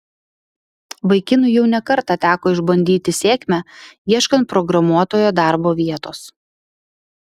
vaikinui jau ne kartą teko išbandyti sėkmę ieškant programuotojo darbo vietos